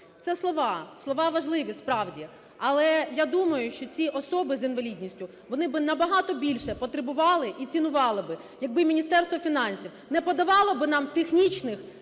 Це слова, слова важливі справді. Але, я думаю, що ці особи з інвалідністю, вони би набагато більше потребували і цінували би, якби Міністерство фінансів не подавало би нам технічних,